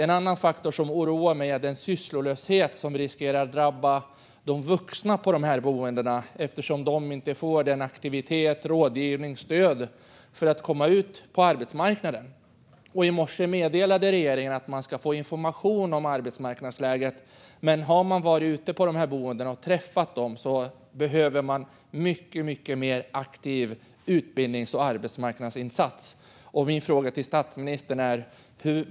Något som oroar mig är den sysslolöshet som riskerar att drabba de vuxna på dessa boenden eftersom de inte får aktiviteter, rådgivning och stöd för att komma ut på arbetsmarknaden. I morse meddelade regeringen att de ska få information om arbetsmarknadsläget, men efter att ha varit ute på boenden och träffat dessa människor inser man att de behöver en mycket mer aktiv utbildnings och arbetsmarknadsinsats.